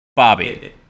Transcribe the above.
Bobby